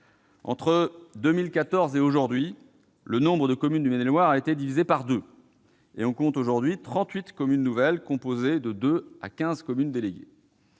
Entre 2014 et aujourd'hui, le nombre de communes du département de Maine-et-Loire a été divisé par deux, et on compte désormais 38 communes nouvelles, composées de 2 à 15 communes déléguées.